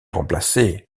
remplacée